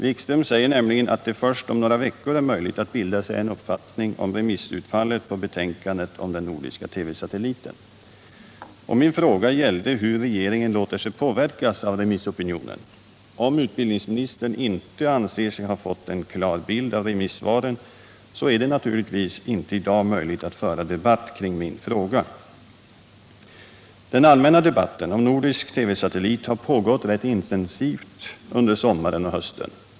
Wikström säger nämligen att det först om några veckor är möjligt att bilda sig en uppfattning om remissutfallet på betänkandet om den nordiska TV-satelliten. Min fråga gällde hur regeringen låter sig påverkas av remissopinionen. Om utbildningsministern inte anser sig ha fått en klar bild av remissvaren, är det naturligtvis inte i dag möjligt att föra debatt kring min fråga. Den allmänna debatten om nordisk TV-satellit har pågått rätt intensivt under sommaren och hösten.